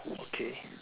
okay